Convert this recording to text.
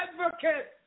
advocate